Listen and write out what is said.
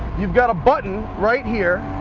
you've got a button right here.